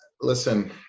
Listen